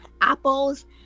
apples